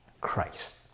Christ